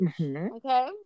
okay